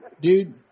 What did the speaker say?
Dude